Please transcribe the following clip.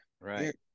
Right